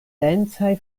densaj